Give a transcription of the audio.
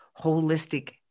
holistic